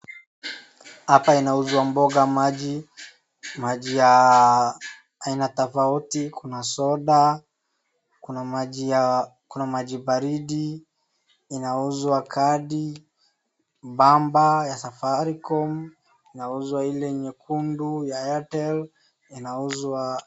Hapa inauzwa mboga, maji aina tofauti kuna soda, kuna maji baridi inauzwa, kadi, bamba ya safaricom inauzwa ile nyekundu ya airtel inauzwa.